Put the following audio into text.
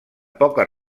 poques